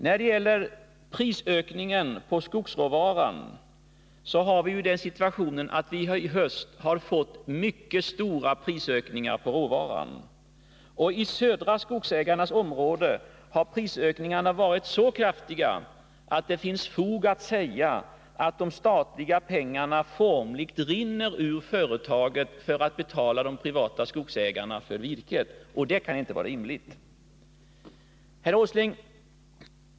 När det gäller skogsråvaran är att märka att vi i höst har fått mycket stora prisökningar. Inom Södra Skogsägarnas område har prisökningarna varit så kraftiga att man har fog att säga att de statliga pengarna formligen rinner ur företaget för betalning till de privata skogsägarna för virket. Det kan inte vara rimligt. Herr Åsling!